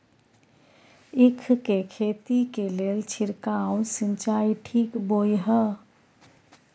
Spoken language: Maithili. ईख के खेती के लेल छिरकाव सिंचाई ठीक बोय ह?